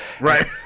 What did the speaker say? Right